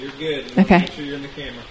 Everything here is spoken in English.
Okay